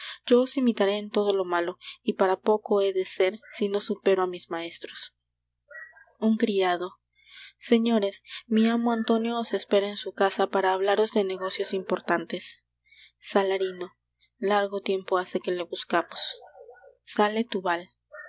yo os imitaré en todo lo malo y para poco he de ser si no supero á mis maestros un criado señores mi amo antonio os espera en su casa para hablaros de negocios importantes salarino largo tiempo hace que le buscamos sale túbal